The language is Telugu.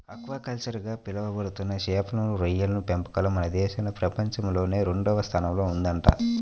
ఆక్వాకల్చర్ గా పిలవబడుతున్న చేపలు, రొయ్యల పెంపకంలో మన దేశం ప్రపంచంలోనే రెండవ స్థానంలో ఉందంట